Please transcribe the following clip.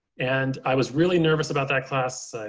and i was really nervous about that class, i